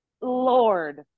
lord